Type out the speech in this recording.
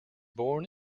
born